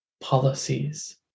policies